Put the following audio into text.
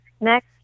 next